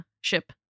ship